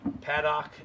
Paddock